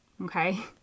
Okay